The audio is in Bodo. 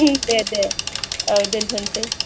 दे दे औ दोनथनसै